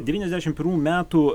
devyniasdešimt pirmų metų